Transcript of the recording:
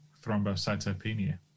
thrombocytopenia